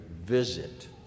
visit